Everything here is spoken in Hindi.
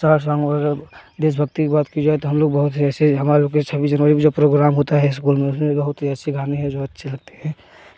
शार्ट सॉन्ग वगेरह देश भक्ति की बात की जाए तो हम लोग बहुत ही ऐसे हमारे लोग के जब छब्बीस जनवरी में जो प्रोग्राम होता है स्कूल में उसमें बहुत ही एसे गाने हैं जो अच्छे लगते हैं